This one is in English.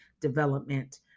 development